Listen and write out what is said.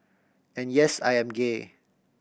and yes I am gay